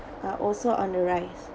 are also on the rise